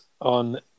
on